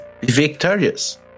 victorious